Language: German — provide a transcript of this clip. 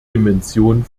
dimension